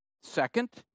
Second